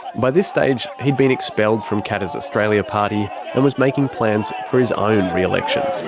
by this stage, he'd been expelled from katter's australia party and was making plans for his own re-election.